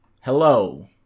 Hello